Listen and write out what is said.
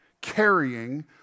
carrying